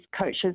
coaches